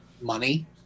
money